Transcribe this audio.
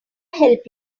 help